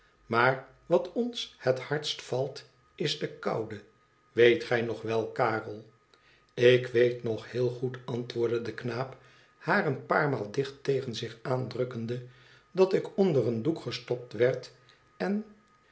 maar wat ons het hardst valt is de koude weet gij nog wel karel ik weet nog heel goed antwoordde de knaap haar een paar maal dicht tegen zich aandrukkende dat ik onder een doek gestopt werd en